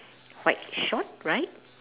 white short right